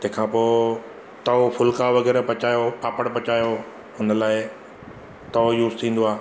तंहिंखां पोइ तओ फुल्का वग़ैरह पचायो पापड़ पचायो हुन लाइ तओ यूज़ थींदो आहे